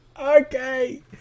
Okay